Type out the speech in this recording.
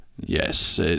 Yes